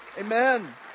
Amen